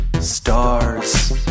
Stars